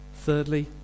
thirdly